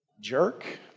jerk